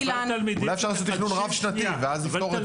אולי אפשר לעשות תכנון רב-שנתי ולפתור את זה.